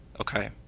Okay